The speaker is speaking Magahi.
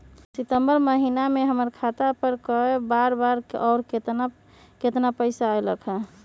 सितम्बर महीना में हमर खाता पर कय बार बार और केतना केतना पैसा अयलक ह?